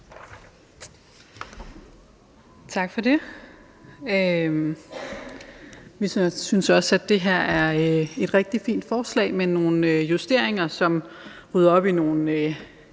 Tak for det. Vi synes også, at det her er et rigtig fint forslag med nogle justeringer, som rydder op i nogle,